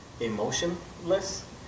emotionless